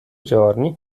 giorni